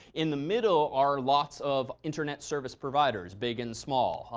in the middle are lots of internet service providers, big and small.